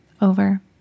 over